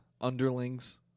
Underlings